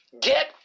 get